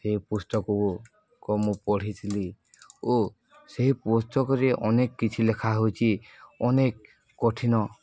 ସେହି ପୁସ୍ତକକୁ ମୁଁ ପଢ଼ିଥିଲି ଓ ସେହି ପୁସ୍ତକରେ ଅନେକ କିଛି ଲେଖା ହୋଇଛି ଅନେକ କଠିନ